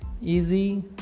easy